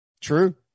True